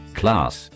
class